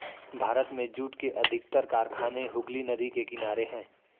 भारत में जूट के अधिकतर कारखाने हुगली नदी के किनारे हैं